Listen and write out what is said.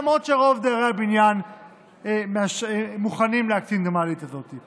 למרות שרוב דיירי הבניין מוכנים להתקין את המעלית הזאת.